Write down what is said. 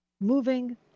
moving